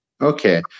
Okay